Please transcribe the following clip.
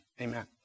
Amen